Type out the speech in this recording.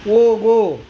ಹೋಗು